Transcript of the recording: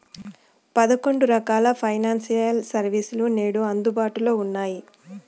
పదకొండు రకాల financial service లు నేడు అందుబాటులో ఉన్నాయి